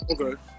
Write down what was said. okay